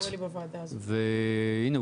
והנה,